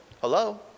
Hello